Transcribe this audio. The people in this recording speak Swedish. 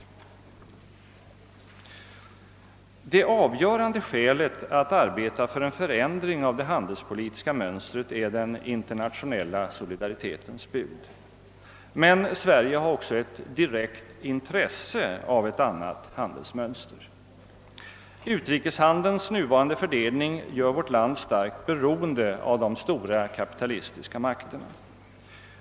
Det avgörande skälet att arbeta för en förändring av det handelspolitiska mönstret är den internationella solidaritetens bud. Men Sverige har också ett direkt intresse av ett annat handelsmönster. Utrikeshandelns nuvarande fördelning gör vårt land starkt beroende av de stora kapitalistiska makterna.